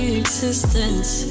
existence